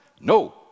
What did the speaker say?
No